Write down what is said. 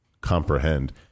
comprehend